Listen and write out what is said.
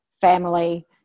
family